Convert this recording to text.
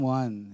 one